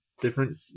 different